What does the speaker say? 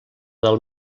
del